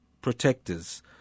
protectors